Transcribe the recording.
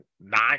nine